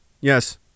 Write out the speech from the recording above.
Yes